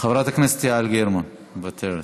חברת הכנסת יעל גרמן, מוותרת,